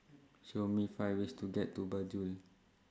Show Me five ways to get to Banjul